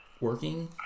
working